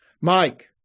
Mike